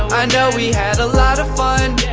i know we had a lot of fun